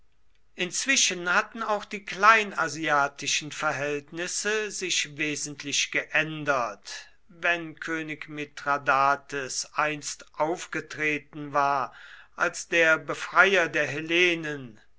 inzwischen hatten auch die kleinasiatischen verhältnisse sich wesentlich geändert wenn könig mithradates einst aufgetreten war als der befreier der hellenen